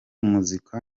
muzika